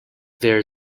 there